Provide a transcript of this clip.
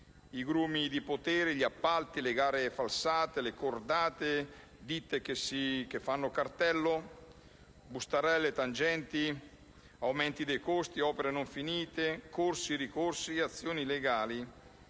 i grumi di potere, gli appalti, le gare falsate, le cordate, le ditte che fanno cartello, le bustarelle, le tangenti, gli aumenti dei costi, le opere non finite, i corsi e i ricorsi, le azioni legali